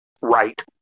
right